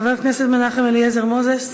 חבר הכנסת מנחם אליעזר מוזס,